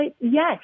yes